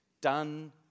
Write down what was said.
done